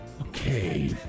Okay